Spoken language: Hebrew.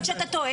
מבקשת שתכבד